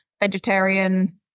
vegetarian